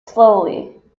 slowly